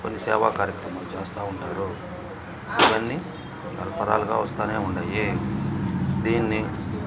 కొన్ని సేవా కార్యక్రమాలు చేస్తూ ఉంటారు ఇవన్నీ తరతరాలుగా వస్తూనే ఉన్నాయి దీన్ని